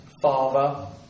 father